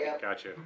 Gotcha